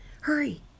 Hurry